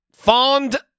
Fond